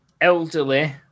Elderly